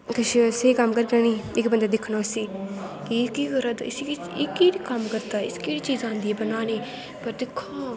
किश स्हेई कम्म करगा नी बंदै सिक्खना उसी केह् करा दा केह्ड़े कम्म करदा एह् इसी केह्ड़ी चीज़ आंदी ऐ बनानें गी पर दिक्खां